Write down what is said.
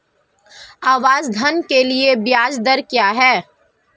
आवास ऋण के लिए ब्याज दर क्या हैं?